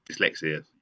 dyslexia